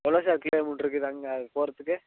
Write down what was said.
எவ்வளோ சார் கிலோமீட்டருக்கு இது அங்கே போகிறத்துக்கு